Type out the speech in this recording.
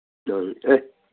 ꯑ ꯑꯦ